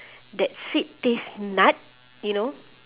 that seed taste nut you know